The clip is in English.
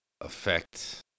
affect